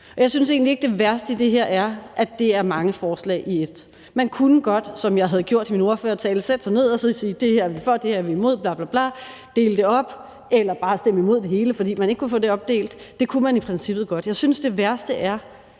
jeg synes egentlig ikke, det værste i det her er, at det er mange forslag i ét. Man kunne godt, som jeg havde gjort i min ordførertale, sætte sig ned og sige, at det her er vi for og det her er vi imod, bla bla bla – og dele det op eller bare stemme imod det hele, fordi man ikke kunne få det opdelt. Det kunne man i princippet godt. Jeg synes, at det værste er,